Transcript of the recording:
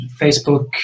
Facebook